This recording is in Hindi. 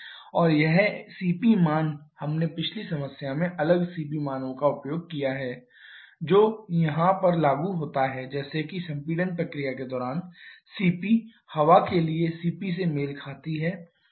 और यह cp मान हमने पिछली समस्या में अलग cp मानों का उपयोग किया है जो यहाँ पर लागू होता है जैसे कि संपीड़न प्रक्रिया के दौरान cp हवा के लिए cp से मेल खाती है